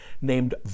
named